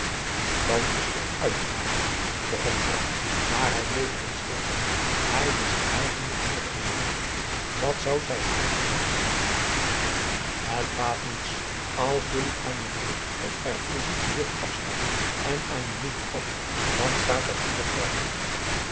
dan is toch uitgemaakt begon bram maar hij bleef erin steken hij wist eigenlijk in het geheel niet wat zou zijn uitgemaakt het baat niets als jullie aan je broer een erfportie wilt afstaan en aan je moeder ook dan staat dat ieder vrij